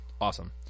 Awesome